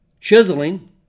chiseling